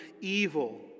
evil